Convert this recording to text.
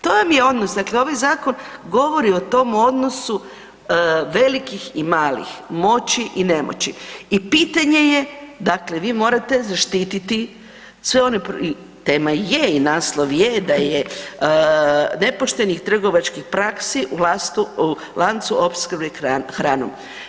To vam je odnos, dakle ovaj zakon govori o tom odnosu velikih i malih, moći i nemoći i pitanje je dakle, vi morate zaštiti sve one, tema je i naslov je da je nepoštenih trgovačkih praksi u lancu opskrbe hranom.